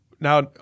now